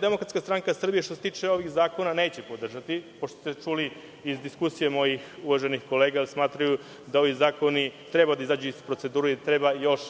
Demokratska stranka Srbije, što se tiče ovih zakona, neće podržati, pošto ste čuli iz diskusije mojih uvaženih kolega da smatraju da ovi zakoni treba da izađu iz procedure i treba još